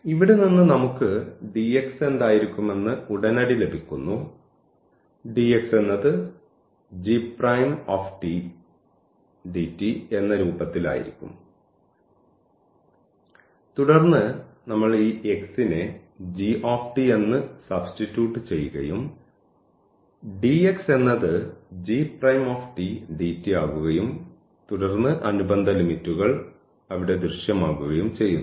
ഇവിടെ നിന്ന് നമ്മുടെ dx എന്തായിരിക്കുമെന്ന് ഉടനടി ലഭിക്കുന്നു dx എന്നത് g dt എന്ന രൂപത്തിൽ ആയിരിക്കും തുടർന്ന് ഞങ്ങൾ ഈ x നെ g എന്ന് സബ്സ്റ്റിറ്റ്യൂട്ട് ചെയ്യുകയും dx എന്നത് g dt ആകുകയും തുടർന്ന് അനുബന്ധ ലിമിറ്റ്കൾ അവിടെ ദൃശ്യമാകുകയും ചെയ്യുന്നു